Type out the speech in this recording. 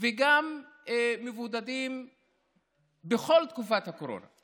וגם מבודדים בכל תקופת הקורונה.